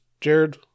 Jared